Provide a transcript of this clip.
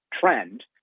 trend